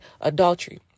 adultery